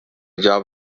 job